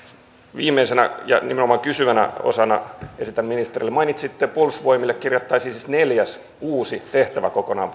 viimeisenä ja nimenomaan kysyvänä osana esitän ministerille mainitsitte että puolustusvoimille tehtäviin kirjattaisiin siis neljäs uusi tehtävä kokonaan